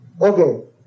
Okay